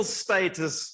status